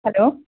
hello